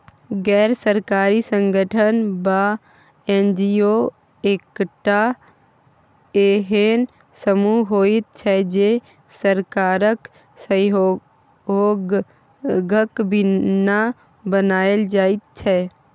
गैर सरकारी संगठन वा एन.जी.ओ एकटा एहेन समूह होइत छै जे सरकारक सहयोगक बिना बनायल जाइत छै